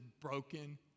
broken